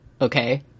okay